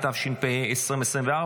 התשפ"ה 2024,